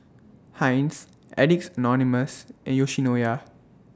Heinz Addicts Anonymous and Yoshinoya